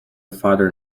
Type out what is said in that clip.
father